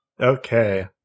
Okay